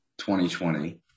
2020